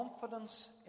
confidence